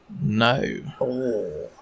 No